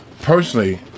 personally